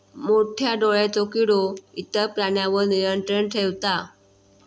मोठ्या डोळ्यांचो किडो इतर प्राण्यांवर नियंत्रण ठेवता